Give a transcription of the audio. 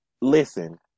listen